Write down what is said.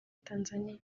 tanzaniya